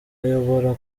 ayobora